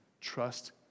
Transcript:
Trust